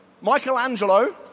Michelangelo